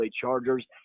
Chargers